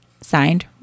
Signed